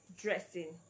dressing